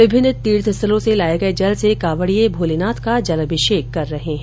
विभिन्न तीर्थ स्थलों से लाये गये जल से कांवडिये भोलेनाथ का जलाभिषेक कर रहे है